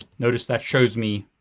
notice that shows me